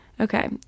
Okay